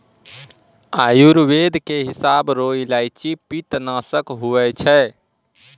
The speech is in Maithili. आयुर्वेद के हिसाब रो इलायची पित्तनासक हुवै छै